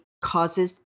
causes